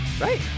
right